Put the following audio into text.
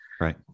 Right